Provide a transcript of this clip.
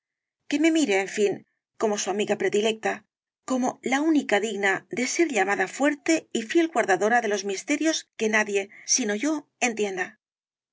que me mire en fin como su amiga predilecta como la única digna de ser llamada fuerte y fiel guardadora de los misterios que nadie sino yo entienda